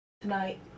Tonight